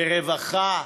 ברווחה,